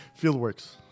Fieldworks